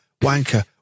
wanker